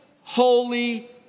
holy